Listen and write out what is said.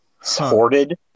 supported